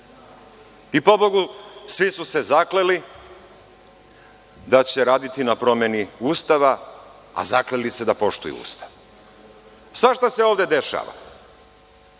Pobogu, svi su se zakleli da će raditi na promeni Ustava, a zakleli se da poštuju Ustavu. Svašta se ovde dešava. Mi